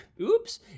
oops